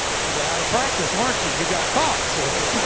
you were out of practice, weren't you? you got caught, see?